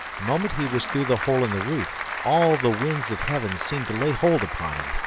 the moment he was through the hole in the roof, all the winds of heaven seemed to lay hold upon him,